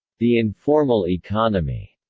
the informal economy